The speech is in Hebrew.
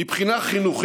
מבחינה חינוכית,